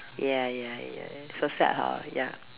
ya ya ya so sad hor ya